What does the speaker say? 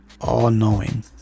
all-knowing